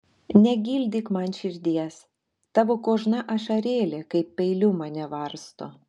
negildyk man širdies tavo kožna ašarėlė kaip peiliu mane varsto